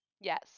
Yes